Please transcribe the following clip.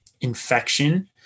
infection